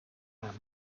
maar